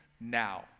now